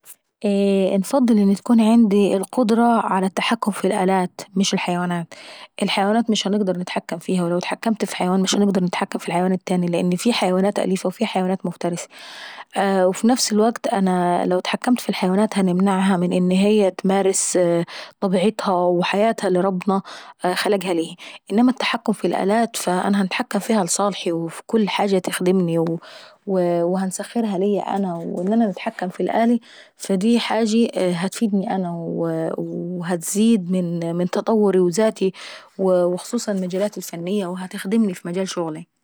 انفضل ان تكون عندي القدرة على التحكم في الالات مش الحيوانات. الحيوانات مش هنقدر نتحكم فيها ولو اتحكمت في حيوان مش هنقدر نتحكم في التاناي. وفي حيوانات أليفة وفي حيوانات مفترسة. وفي نفس الوكت انا لو اتحكمت في الحيوانات انا هنمنعها ان هي تمارس طبيعتها وحياتها للي ربنا خلقها ليهيي. انما التحكم في الالات فانا هنتحكم فيها لصالحي وفي كل حاجة تخدمني وهنسخرها ليا انا. وان انا نتحكم في الآلي فديا حاجة تفيدين انا وهتزيد من تطوري وذاتي وخصوصا المجالات الفنية وهتخدمني في مجال شغلاي.